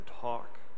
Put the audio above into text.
talk